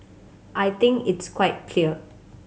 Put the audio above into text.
I think it's quite clear